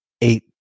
eight